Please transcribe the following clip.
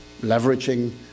leveraging